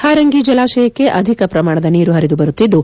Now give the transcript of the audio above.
ಹಾರಂಗಿ ಜಲಾಶಯಕ್ಕೆ ಅಧಿಕ ಪ್ರಮಾಣದ ನೀರು ಹರಿದುಬರುತ್ತಿದ್ದು